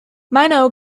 minot